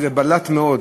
זה בלט מאוד,